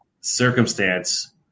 circumstance